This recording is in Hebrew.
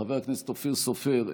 חבר הכנסת אופיר סופר,